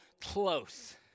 close